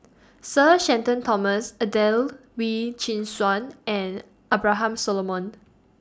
Sir Shenton Thomas Adelene Wee Chin Suan and Abraham Solomon